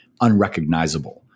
unrecognizable